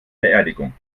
beerdigung